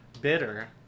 bitter